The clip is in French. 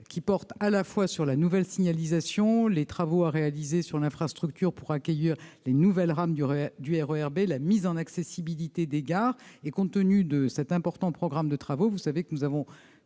qui porte à la fois sur la nouvelle signalisation les travaux à réaliser sur l'infrastructure pour accueillir les nouvelles rames du du RER B, la mise en accessibilité des gares et compte tenu de cet important programme de travaux, vous savez que nous avons